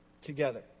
together